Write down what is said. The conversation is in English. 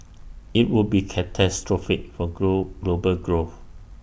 IT would be catastrophic for grow global growth